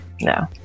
no